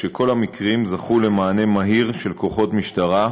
וכל המקרים זכו למענה מהיר של כוחות משטרה,